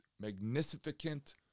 magnificent